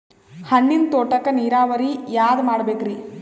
ಹಣ್ಣಿನ್ ತೋಟಕ್ಕ ನೀರಾವರಿ ಯಾದ ಮಾಡಬೇಕ್ರಿ?